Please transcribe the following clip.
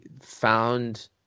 found